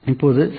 இப்போது C